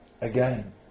Again